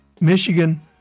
Michigan